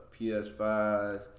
PS5